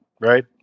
right